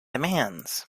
demands